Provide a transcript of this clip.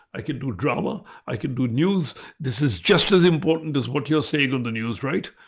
i can do drama, i can do news this is just as important as what you're saying on the news right.